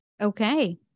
Okay